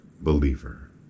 believer